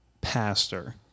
pastor